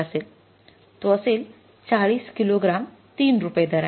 तो असेल ४० kilogram ३ रुपये दराने